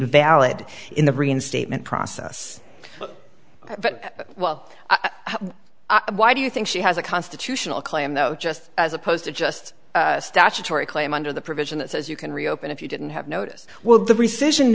valid in the reinstatement process but well why do you think she has a constitutional claim though just as opposed to just statutory claim under the provision that says you can reopen if you didn't have notice will the precision